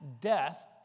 death